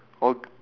or g~